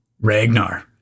Ragnar